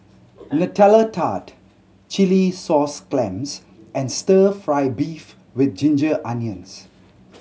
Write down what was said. Nutella Tart chilli sauce clams and Stir Fry beef with ginger onions